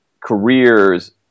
careers